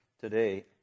today